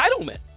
entitlement